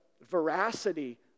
veracity